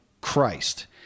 christ